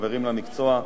חברים למקצוע,